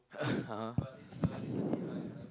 (uh huh)